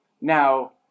Now